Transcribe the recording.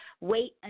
wait